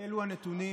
שאלו הנתונים,